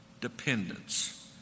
dependence